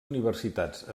universitats